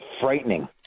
frightening